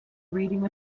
reading